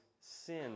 sin